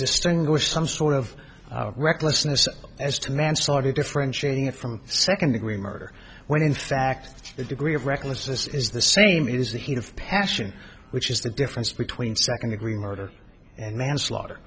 distinguish some sort of recklessness as to manslaughter differentiating it from second degree murder when in fact the degree of reckless this is the same it is the heat of passion which is the difference between second degree murder and manslaughter